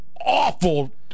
awful